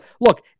look